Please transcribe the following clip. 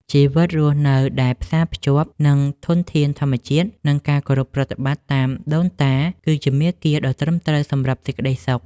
ជីវិតរស់នៅដែលផ្សារភ្ជាប់នឹងធនធានធម្មជាតិ និង ការគោរពប្រតិបត្តិតាមដូនតាគឺជាមាគ៌ាដ៏ត្រឹមត្រូវសម្រាប់សេចក្ដីសុខ។